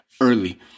early